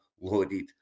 Loaded